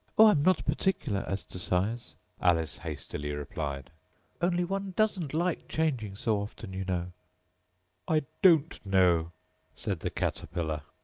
oh, i'm not particular as to size alice hastily replied only one doesn't like changing so often, you know i don't know said the caterpillar.